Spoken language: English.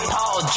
Paul